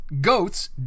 goats